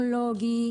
והטכנולוגי.